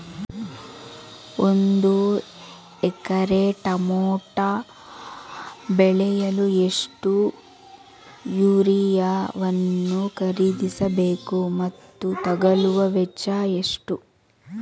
ಒಂದು ಎಕರೆ ಟಮೋಟ ಬೆಳೆಯಲು ಎಷ್ಟು ಯೂರಿಯಾವನ್ನು ಖರೀದಿಸ ಬೇಕು ಮತ್ತು ತಗಲುವ ವೆಚ್ಚ ಎಷ್ಟು?